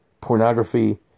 pornography